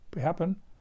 happen